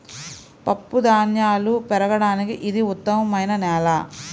పప్పుధాన్యాలు పెరగడానికి ఇది ఉత్తమమైన నేల